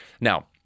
Now